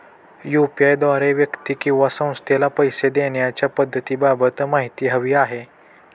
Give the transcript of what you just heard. UPI द्वारे व्यक्ती किंवा संस्थेला पैसे देण्याच्या पद्धतींबाबत माहिती हवी आहे